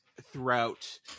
throughout